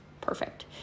perfect